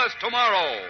tomorrow